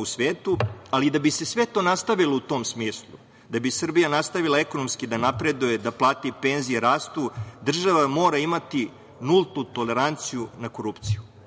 u svetu. Ali, da bi se sve to nastavilo u tom smislu, da bi Srbija nastavila ekonomski da napreduje, da plate i penzije rastu, država mora imati nultu toleranciju na korupciju. Korupcija